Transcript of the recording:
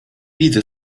widzę